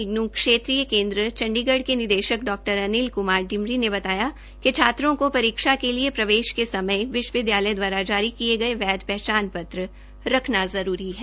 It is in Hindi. इग्नू क्षेत्रीयय केन्द्र के निदेशक डा अनिल क्मार डिमरी ने बताया कि छात्रों को परीक्षा के लिये प्रवेश के समय विश्वविद्यालय द्वारा जारी किये गये वैद्य पहचान पत्र रखना जरूरी है